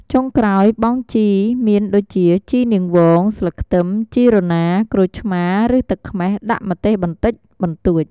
ចុងក្រោយបង់ជីមានដូចជាជីនាងវង ស្លឹកខ្ទឹម ជីរណា ក្រូចឆ្មារឬទឹកខ្មេះ ដាក់ម្ទេសបន្តិចបន្តួច។